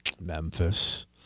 Memphis